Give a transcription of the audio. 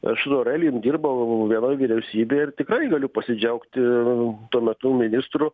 aš su aurelijum dirbau vienoj vyriausybėj ir tikrai galiu pasidžiaugti tuo metu ministru